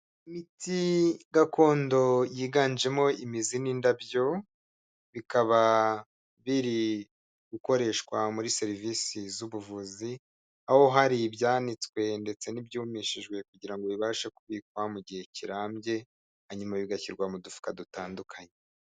Imiti gakondo yiganjemo imizi n'indabyo, bikaba biri gukoreshwa muri serivisi z'ubuvuzi, aho hari ibyanitswe ndetse n'ibyumishijwe kugirango bibashe kubikwa mu gihe kirambye, hanyuma bigashyirwa mu dufuka dutandukanye.